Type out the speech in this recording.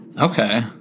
Okay